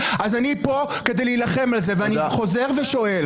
אני פה כדי להילחם על זה ואני חוזר ושואל